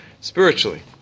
spiritually